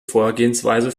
vorgehensweise